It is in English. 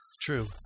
true